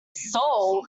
soul